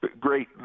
great